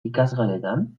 ikasgeletan